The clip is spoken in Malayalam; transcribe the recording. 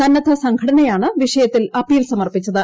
സന്നദ്ധ സംഘടനയാണ് വിഷയത്തിൽ അപ്പീൽ സമർപ്പിച്ചത്